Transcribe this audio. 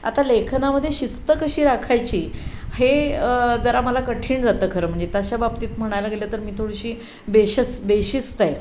आता लेखनामध्ये शिस्त कशी राखायची हे जरा मला कठीण जातं खरं म्हणजे त्याच्या बाबतीत म्हणायला गेलं तर मी थोडीशी बेशस् बेशीस्त आहे